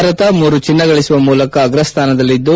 ಭಾರತ ಮೂರು ಚಿನ್ನ ಗಳಿಸುವ ಮೂಲಕ ಅಗ್ರಸ್ಥಾನದಲ್ಲಿದ್ದು